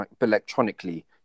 electronically